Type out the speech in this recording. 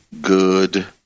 good